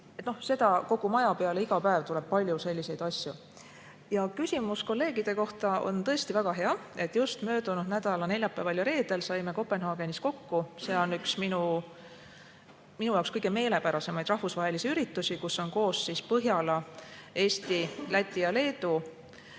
Kogu maja peale tuleb iga päev palju selliseid asju. Küsimus kolleegide kohta on tõesti väga hea. Just möödunud nädala neljapäeval ja reedel saime Kopenhaagenis kokku. See on minu jaoks üks kõige meelepärasemaid rahvusvahelisi üritusi, kus on koos Põhjala, Eesti, Läti ja Leedu.